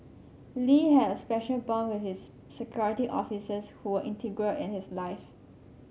Lee had a special bond with his security officers who were integral in his life